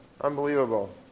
Unbelievable